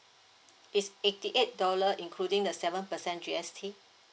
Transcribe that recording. it's eighty eight dollar including the seven percent G_S_T